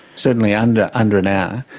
certainly under under an hour,